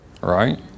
Right